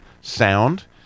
sound